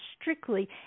strictly